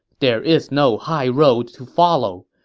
there is no high road to follow.